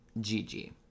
Gigi